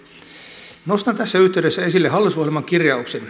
nostan tässä yhteydessä esille hallitusohjelman kirjauksen